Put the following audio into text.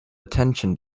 attention